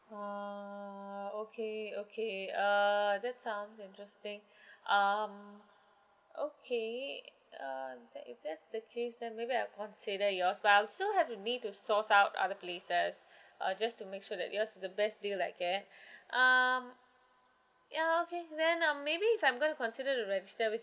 ah okay okay uh that's sounds interesting um okay uh that if that's the case then maybe I'll consider yours but I'll still have to need to source out other places uh just to make sure that yours is the best deal I get err ya okay then uh maybe if I'm gonna consider to register with